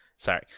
Sorry